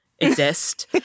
Exist